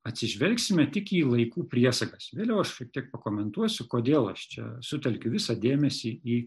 atsižvelgsime tik į laikų priesagas vėliau aš šiek tiek pakomentuosiu kodėl aš čia sutelkiu visą dėmesį į